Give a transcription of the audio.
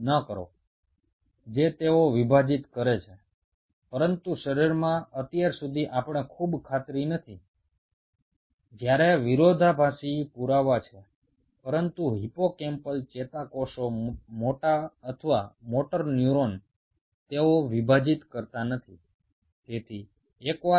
culture ডিসে তারা বিভাজিত হয় কিন্তু শরীরের মধ্যে খুব নিশ্চিতভাবে না হলেও এখনো অবধি পাওয়া বিভিন্ন প্রমাণ অনুযায়ী বেশিরভাগ হিপোক্যাম্পাল নিউরন এবং মোটর নিউরনগুলো বিভাজিত হয় না